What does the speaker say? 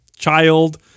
child